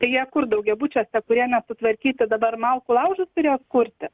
tai jie kur daugiabučiuose kurie nesutvarkyti dabar malkų laužus turės kurti